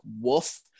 woof